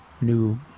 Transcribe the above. new